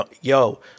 yo